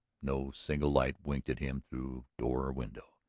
no single light winked at him through door or window.